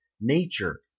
Nature